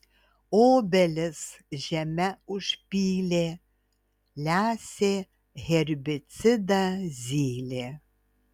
obelis žeme užpylė lesė herbicidą zylė